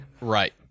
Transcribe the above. Right